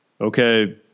okay